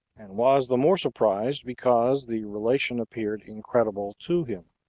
and was the more surprised, because the relation appeared incredible to him.